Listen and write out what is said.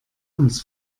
uns